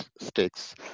stakes